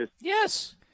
Yes